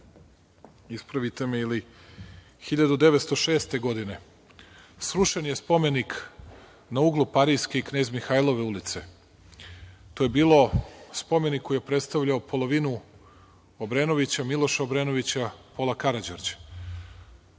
ispravite me, ili 1906. godine, srušen je spomenik na uglu Pariske i Knez Mihajlove ulice. To je bio spomenik koji je predstavljao polovinu Obrenovića, Miloša Obrenovića, pola Karađorđa.